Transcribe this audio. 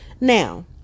Now